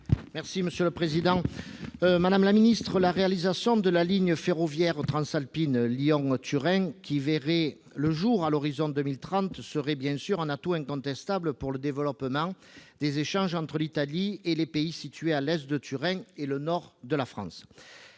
: La parole est à M. Bruno Gilles. La réalisation de la ligne ferroviaire transalpine Lyon-Turin, qui verrait le jour à horizon 2030, serait bien entendu un atout incontestable pour le développement des échanges entre l'Italie et les pays situés à l'est de Turin et le nord de la France.